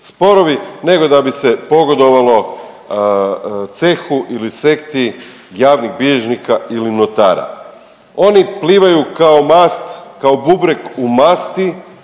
sporovi, nego da bi se pogodovalo cehu ili sektu javnih bilježnika ili notara. Oni plivaju kao mast, kao bubreg u masti